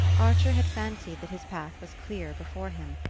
archer had fancied that his path was clear before him.